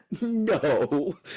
No